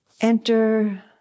enter